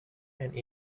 and